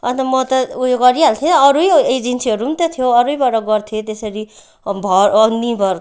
अन्त म त ऊ यो गरिहाल्थेँ अरू एजेन्सीहरू पनि त थियो अरूबाट गर्थेँ त्यसरी भर निर्भर